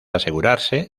asegurarse